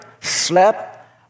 slept